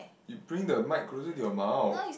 you bring the mic closer to your mouth